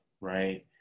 right